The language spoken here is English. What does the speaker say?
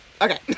Okay